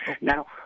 Now